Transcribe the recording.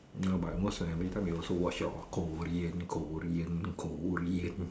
no but I watch my but every time you also watch your Korean Korean Korean